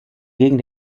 gegen